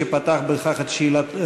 שפתח בכך את שאלתו,